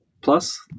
plus